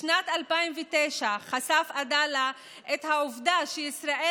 בשנת 2009 חשף עדאלה את העובדה שישראל